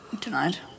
Tonight